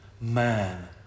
Man